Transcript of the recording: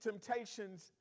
temptations